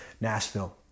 Nashville